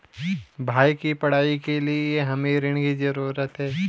भाई की पढ़ाई के लिए हमे ऋण की जरूरत है